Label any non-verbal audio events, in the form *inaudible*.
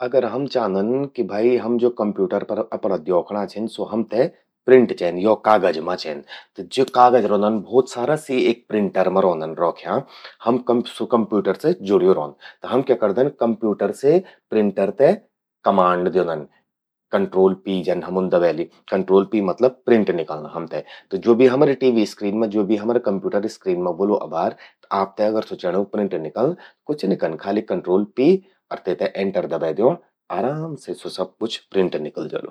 अगर हम चांदन कि भई हम अपणा कंप्यूटर पर ज्वो द्योखणा छिन, स्वो हमते प्रिंट चेंद यो कागज मां चेंद। त ज्वो कागज रौंदन भोत सारा, सी एक प्रिंटर मां रौंदन रौख्यां। *hesitation* स्वो कंप्यूटर से जुड़्यूं रौंद। हम क्या करदन, कंप्यूटर से प्रिंटर ते कमांड द्योंदन। कंट्रोल पी जन हमुन दबैलि। कंट्रोल पी मतलब प्रिंट निकल्लं हमते। त ज्वो भी हमरी टीवी स्क्रीन मां, ज्वो भी हमरि कंप्यूटर स्क्रीन मां ह्वोलु अबार, आपते अगर स्वो चेंणु कि प्रिंट निकल्लं। त कुछ नि कन खालि कंट्रोल पी, अर तेते एंटर दबै द्योंण। आराम से स्वो सब कुछ प्रिंट निकल जलु।